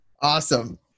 Awesome